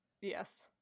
yes